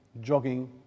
jogging